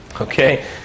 Okay